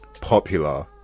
popular